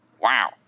Wow